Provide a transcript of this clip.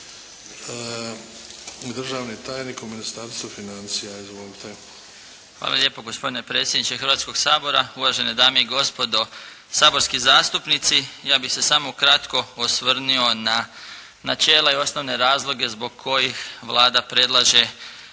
državni tajnik u Ministarstvu financija. **Marić, Zdravko** Hvala lijepo gospodine predsjedniče Hrvatskoga sabora, uvažene dame i gospodo saborski zastupnici. Ja bih se samo ukratko osvrnuo na načela i osnovne razloge zbog kojih Vlada predlaže